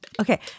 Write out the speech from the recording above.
Okay